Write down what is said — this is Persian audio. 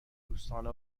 دوستانه